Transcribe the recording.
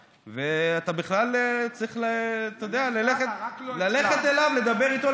ואתה בכלל צריך ללכת אליו לדבר איתו,